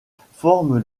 forme